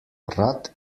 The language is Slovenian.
rad